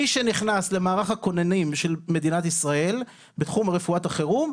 מי שנכנס למערך הכוננים של מדינת ישראל בתחום רפואת החירום,